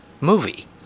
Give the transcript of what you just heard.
movie